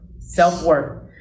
Self-worth